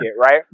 right